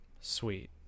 Sweet